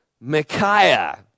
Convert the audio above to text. Micaiah